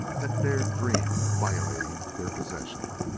that dared dream of violating their possessions?